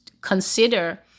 consider